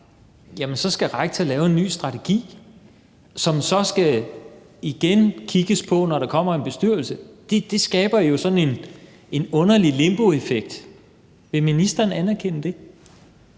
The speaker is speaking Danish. klare, så skal rektor lave en ny strategi, som der så igen skal kigges på, når der kommer en bestyrelse. Det skaber jo sådan en underlig limboeffekt – vil ministeren anerkende det?